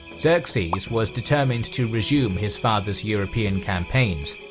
xerxes was determined to resume his father's european campaigns,